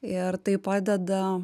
ir tai padeda